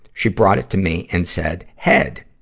she brought it to me and said, head!